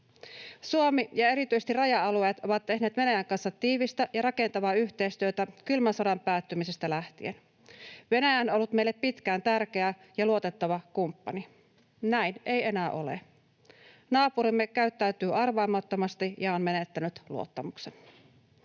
Suomi ja erityisesti raja-alueet ovat tehneet Venäjän kanssa tiivistä ja rakentavaa yhteistyötä kylmän sodan päättymisestä lähtien. Venäjä on ollut meille pitkään tärkeä ja luotettava kumppani. Näin ei enää ole. Naapurimme käyttäytyy arvaamattomasti ja on menettänyt luottamuksemme.